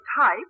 type